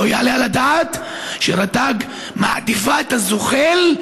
לא יעלה על הדעת שרט"ג מעדיפה את הזוחל,